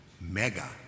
mega